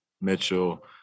Mitchell